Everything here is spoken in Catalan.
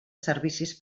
servicis